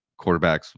quarterbacks